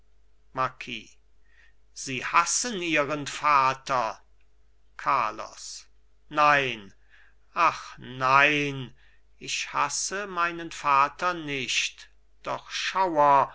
marquis sie hassen ihren vater carlos nein ach nein ich hasse meinen vater nicht doch schauer